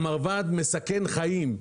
המרב"ד מסכן חיים.